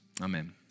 Amen